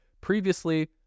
previously